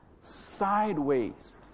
sideways